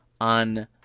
on